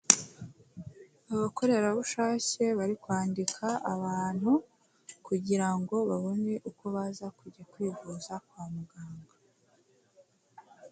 Abakorerabushake bari kwandika abantu kugira ngo babone uko baza kujya kwivuza kwa muganga.